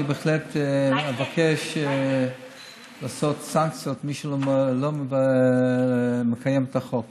אנחנו בהחלט נבקש לעשות סנקציות למי שלא מקיים את החוק,